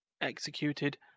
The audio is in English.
executed